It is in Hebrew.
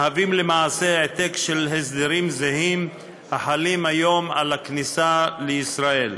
מהווים למעשה העתק של הסדרים זהים החלים כיום על הכניסה לישראל.